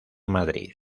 madrid